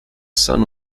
son